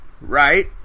Right